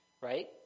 right